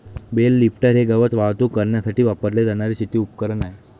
bell lifter हे गवत वाहतूक करण्यासाठी वापरले जाणारे शेती उपकरण आहे